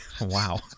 wow